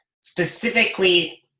specifically